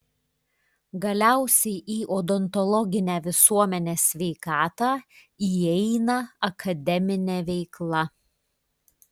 galiausiai į odontologinę visuomenės sveikatą įeina akademinė veikla